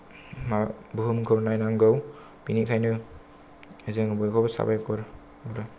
माबा बुहुमखौ नायनांगौ बिनिखायनो जों बयखौबो साबायखर हरो